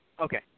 Okay